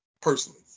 personally